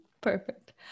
Perfect